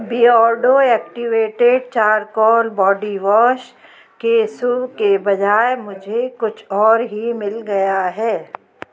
Beardo activated charcoal body wash के सो के बजाय मुझे कुछ और ही मिल गया है